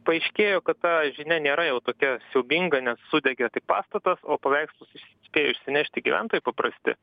paaiškėjo kad ta žinia nėra jau tokia siaubinga nes sudegė tik pastatas o paveikslus spėjo išsinešti gyventojai paprasti